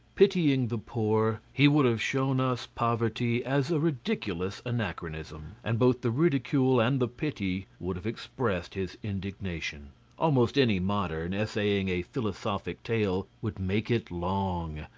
pitying the poor, he would have shown us poverty as a ridiculous anachronism, and both the ridicule and the pity would have expressed his indignation almost any modern, essaying a philosophic tale, would make it long.